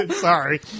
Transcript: Sorry